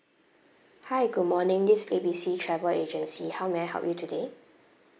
hi good morning this A B C travel agency how may I help you today